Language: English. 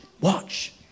Watch